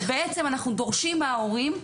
ובעצם אנחנו דורשים מההורים,